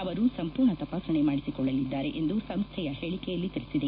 ಅವರು ಸಂಪೂರ್ಣ ತಪಾಸಣೆ ಮಾಡಿಸಿಕೊಳ್ಳಲಿದ್ದಾರೆ ಎಂದು ಸಂಸ್ನೆಯ ಹೇಳಕೆಯಲ್ಲಿ ತಿಳಿಸಿದೆ